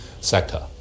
sector